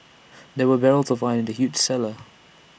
there were barrels of wine in the huge cellar